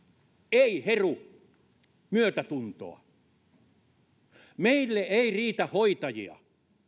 ei heru myötätuntoa meille ei riitä hoitajia